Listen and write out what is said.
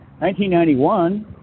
1991